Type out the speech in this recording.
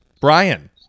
Brian